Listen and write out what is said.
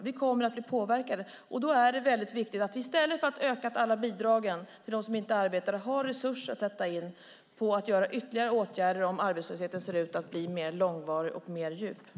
Vi kommer att bli påverkade, och då är det väldigt viktigt att vi i stället för att öka alla bidrag för dem som inte arbetar har resurser att sätta in för att vidta ytterligare åtgärder om arbetslösheten ser ut att bli långvarigare och djupare.